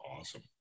awesome